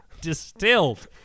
distilled